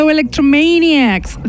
Electromaniacs